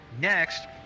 Next